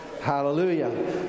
Hallelujah